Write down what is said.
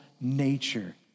nature